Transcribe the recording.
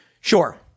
Sure